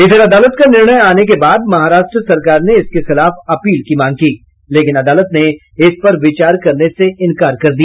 इधर अदालत का निर्णय आने के बाद महाराष्ट्र सरकार ने इसके खिलाफ अपील की मांग की लेकिन अदालत ने इस पर विचार करने से इन्कार कर दिया